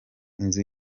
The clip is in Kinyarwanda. inzu